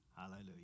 Hallelujah